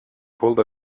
pulled